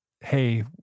hey